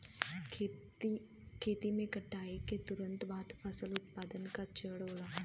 खेती में कटाई के तुरंत बाद फसल उत्पादन का चरण होला